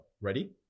ready